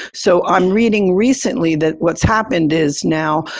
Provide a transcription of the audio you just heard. so i'm reading recently that what's happened is now,